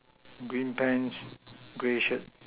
green pants grey shirt